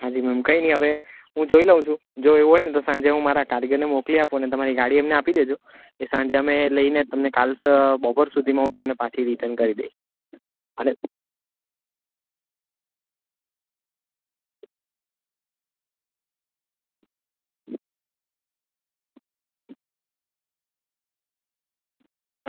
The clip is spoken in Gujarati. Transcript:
હા જી મેમ કંઈ નહીં હવે હું જોઈ લઉં છું જો એવું હોયને તો સાંજે હું મારા કારીગરને મોકલી આપું અને તમારી ગાડી એમને આપી દેજો એ સાંજે અમે લઈને તમને કાલ તો બપોર સુધીમાં હું તમને પાછી રિટર્ન કરી દઈશ